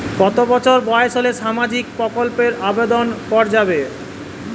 কত বছর বয়স হলে সামাজিক প্রকল্পর আবেদন করযাবে?